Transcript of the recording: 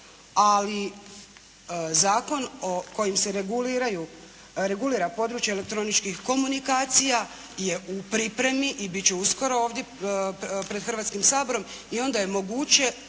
ali zakon kojim se reguliraju područje elektroničkih komunikacija je u pripremi i biti će uskoro ovdje pred Hrvatskim saborom i onda je moguće